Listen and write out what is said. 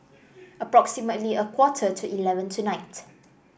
approximately a quarter to eleven tonight